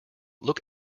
look